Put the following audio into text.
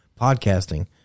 podcasting